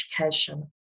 education